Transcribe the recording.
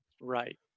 Right